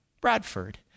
Bradford